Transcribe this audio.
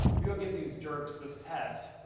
you go give these jerks this test,